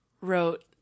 wrote